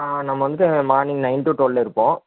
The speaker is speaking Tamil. ஆ நம்ம வந்துவிட்டு மார்னிங் நைன் டு டுவெல் இருப்போம்